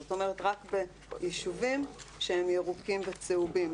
זאת אומרת רק ביישובים שהם ירוקים וצהובים,